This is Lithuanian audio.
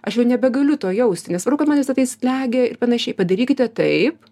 aš jau nebegaliu to jausti nesvarbu kad man visa tai slegia ir panašiai padarykite taip